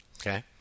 Okay